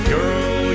Girl